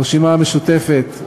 הרשימה המשותפת,